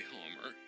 Homer